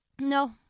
No